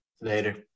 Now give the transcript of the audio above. Later